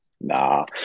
Nah